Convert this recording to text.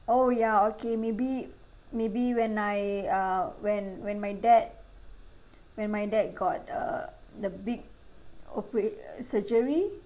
oh ya okay maybe maybe when I uh when when my dad when my dad got uh the big operate uh surgery